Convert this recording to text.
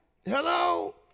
Hello